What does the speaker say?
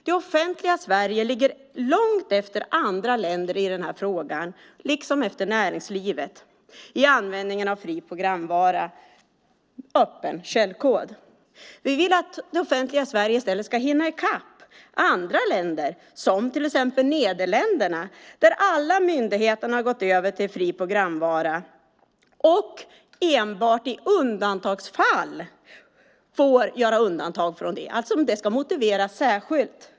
Det offentliga Sverige ligger långt efter andra länder i den här frågan, liksom efter näringslivet, i användningen av fri programvara och öppen källkod. Vi vill att det offentliga Sverige i stället ska hinna i kapp andra länder, som till exempel Nederländerna, där alla myndigheter har gått över till fri programvara och enbart i undantagsfall får göra undantag från det, vilket ska motiveras särskilt.